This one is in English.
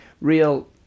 real